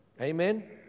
Amen